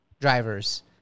drivers